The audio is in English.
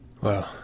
Wow